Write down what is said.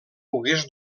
pogués